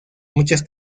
muchas